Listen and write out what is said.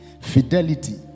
fidelity